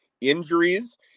injuries